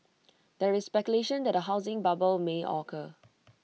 there is speculation that A housing bubble may occur